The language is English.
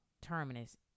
Terminus